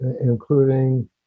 including